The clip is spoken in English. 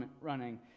running